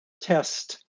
test